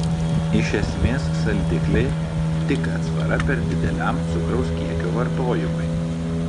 iš esmės saldikliai tik atsvara per dideliam cukraus kiekio vartojimui